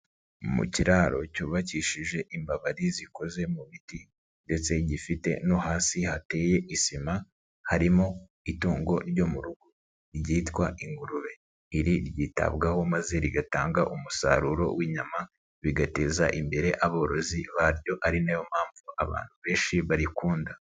Mu kiraro cyubakishije imbabari zikoze mu biti ndetse gifite no hasi hateye isima, harimo itungo ryo mu rugo ryitwa ingurube, iri ryitabwaho maze rigatanga umusaruro w'inyama, bigateza imbere aborozi baryo ari nayo mpamvu abantu benshi barikunda.